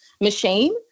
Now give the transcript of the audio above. machine